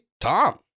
Tom